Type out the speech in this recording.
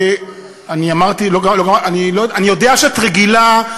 אני יודע שאת רגילה,